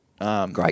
Great